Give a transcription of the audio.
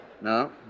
No